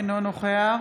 אינו נוכח